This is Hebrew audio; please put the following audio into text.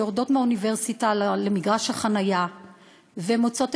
שיורדות מהאוניברסיטה למגרש החניה ומוצאות